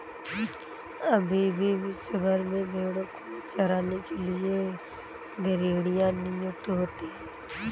अभी भी विश्व भर में भेंड़ों को चराने के लिए गरेड़िए नियुक्त होते हैं